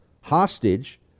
hostage